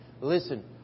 listen